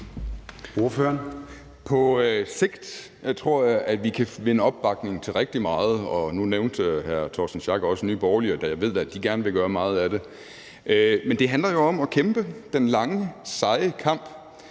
På sigt tror jeg at vi kan vinde opbakning til rigtig meget. Nu nævnte hr. Torsten Schack Pedersen også Nye Borgerlige, og jeg ved da, at de gerne vil gøre meget af det. Men det handler jo om at kæmpe den lange, seje kamp.